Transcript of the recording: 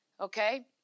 Okay